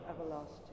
everlasting